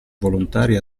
volontari